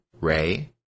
Ray